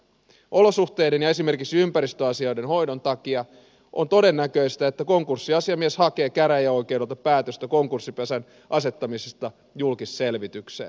olosuhteiden ja esimerkiksi ympäristöasioiden hoidon takia on todennäköistä että konkurssiasiamies hakee käräjäoikeudelta päätöstä konkurssipesän asettamisesta julkisselvitykseen